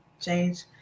change